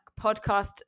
podcast